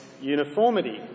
uniformity